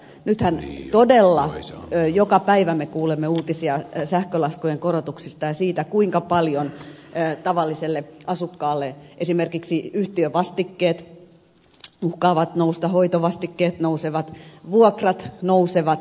nythän me todella joka päivä kuulemme uutisia sähkölaskujen korotuksista ja siitä kuinka paljon tavalliselle asukkaalle esimerkiksi yhtiövastikkeet uhkaavat nousta hoitovastikkeet nousevat vuokrat nousevat